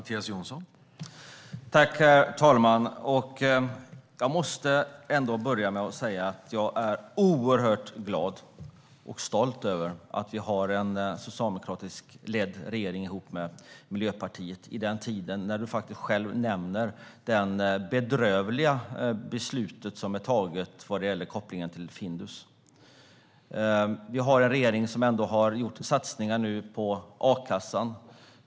Herr talman! Jag måste börja med att säga att jag är oerhört glad och stolt över att vi har en socialdemokratiskt ledd regering ihop med Miljöpartiet i den här tiden. Du nämner själv det bedrövliga beslut som är taget vad gäller kopplingen till Findus. Vi har en regering som nu har gjort satsningar på a-kassan.